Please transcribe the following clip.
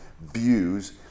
views